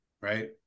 right